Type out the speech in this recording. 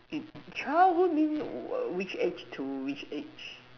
it childhood means which age to which age